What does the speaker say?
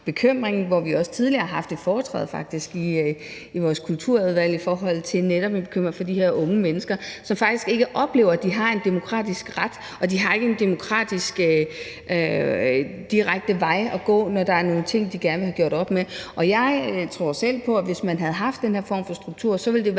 har også tidligere i den forbindelse haft et foretræde for Kulturudvalget begrundet i netop vores bekymring for de her unge mennesker, som faktisk ikke oplever, at de har en demokratisk ret, og at de har en demokratisk direkte vej at gå, når der er nogle ting, de gerne vil have gjort op med. Jeg tror selv på, at hvis man havde haft den her struktur, ville det i